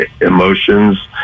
emotions